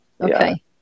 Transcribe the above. okay